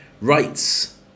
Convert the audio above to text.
Rights